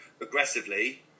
aggressively